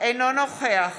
אינו נוכח